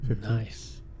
Nice